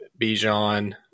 Bijan